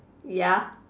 ya